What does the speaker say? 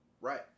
right